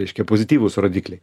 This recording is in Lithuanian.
reiškia pozityvūs rodikliai